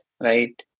right